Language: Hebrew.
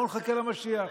בואו נחכה למשיח.